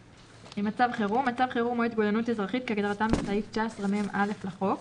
""מצב חירום" מצב חירום או התגוננות אזרחית כהגדרתם בסעיף 19מ(א) לחוק,